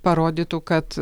parodytų kad